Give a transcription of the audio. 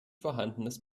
vorhandenes